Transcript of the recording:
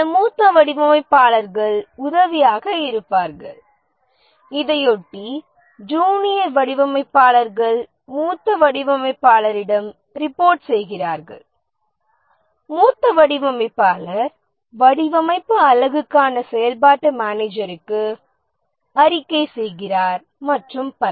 சில மூத்த வடிவமைப்பாளர்கள் உதவியாக இருப்பார்கள் இதையொட்டி ஜூனியர் வடிவமைப்பாளர்கள் மூத்த வடிவமைப்பாளரிடம் ரிபோர்ட் செய்கிறாரகள் மூத்த வடிவமைப்பாளர் வடிவமைப்பு அலகுக்கான செயல்பாட்டு மேனேஜருக்கு அறிக்கை செய்கிறார் மற்றும் பல